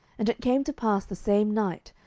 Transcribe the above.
and it came to pass the same night,